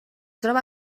troba